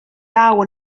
law